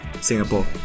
Singapore